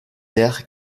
der